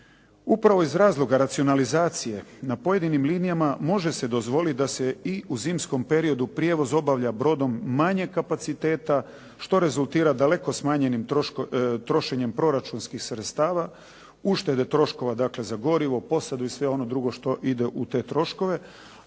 Upravo iz razloga racionalizacije na pojedinim linijama može se dozvoliti da se i u zimskom periodu prijevoz obavlja brodom manjeg kapaciteta što rezultira daleko smanjenim trošenjem proračunskih sredstava, ušteda troškova za gorivo, posadu i sve ono drugo što ide u te troškove.